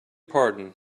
pardon